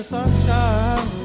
sunshine